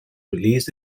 released